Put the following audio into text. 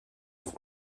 ist